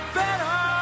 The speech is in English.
better